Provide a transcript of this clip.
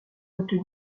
retenu